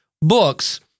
books